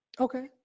Okay